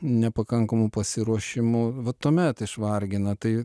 nepakankamu pasiruošimu va tuomet išvargina tai